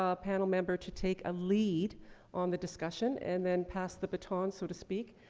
ah panel member to take a lead on the discussion and then pass the baton, so to speak,